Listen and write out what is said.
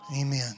Amen